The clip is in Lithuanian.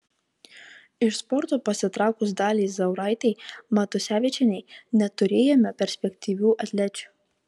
iš sporto pasitraukus daliai zauraitei matusevičienei neturėjome perspektyvių atlečių